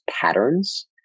patterns